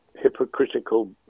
hypocritical